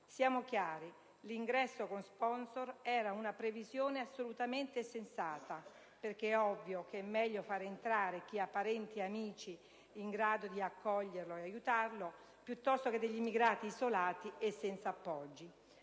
Siamo chiari: l'ingresso con sponsor era una previsione assolutamente sensata, perché è ovvio che è meglio far entrare chi ha parenti e amici in grado di accoglierlo e aiutarlo, piuttosto che degli immigrati isolati e senza appoggi.